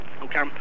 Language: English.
Okay